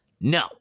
no